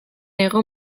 hego